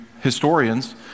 historians